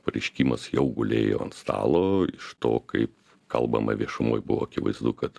pareiškimas jau gulėjo ant stalo iš to kaip kalbama viešumoj buvo akivaizdu kad